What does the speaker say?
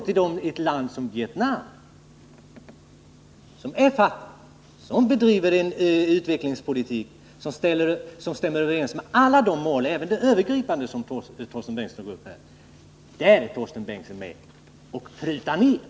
När det däremot gäller ett land som Vietnam, som är fattigt och som bedriver en utvecklingspolitik, som överensstämmer med alla mål — även de övergripande mål som Torsten Bengtson här tog upp - är Torsten Bengtson med och prutar bidraget.